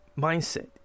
mindset